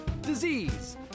disease